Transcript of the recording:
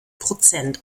prozent